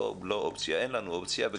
אין לנו אופציה כזאת,